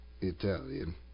Italian